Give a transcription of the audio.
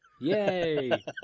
Yay